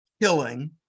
killing